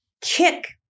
kick